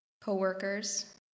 co-workers